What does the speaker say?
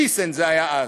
"טיסן" זה היה אז.